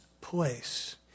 place